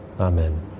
Amen